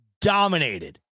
dominated